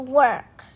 work